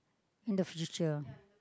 the future